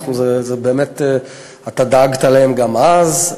באמת דאגת להם גם אז,